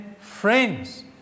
friends